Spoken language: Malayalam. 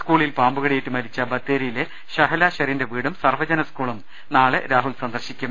സ്കൂളിൽ പാമ്പ് കടിയേറ്റ് മരിച്ച ബത്തേരിയിലെ ഷഹല ഷെറിന്റെ വീടും സർവജന സ്കൂളും നാളെ രാഹുൽ സന്ദർശിക്കും